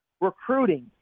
recruiting